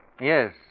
Yes